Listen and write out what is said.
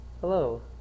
Hello